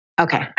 Okay